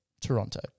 Toronto